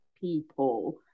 people